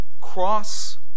Cross